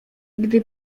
gdy